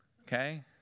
Okay